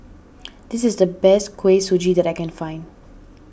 this is the best Kuih Suji that I can find